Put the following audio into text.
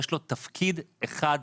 יש לו תפקיד אחד בלבד,